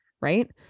right